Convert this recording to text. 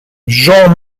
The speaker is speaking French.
jean